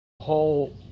whole